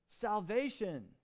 salvation